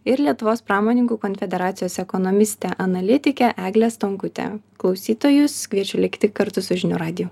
ir lietuvos pramoninkų konfederacijos ekonomiste analitike egle stonkute klausytojus kviečia likti kartu su žinių radiju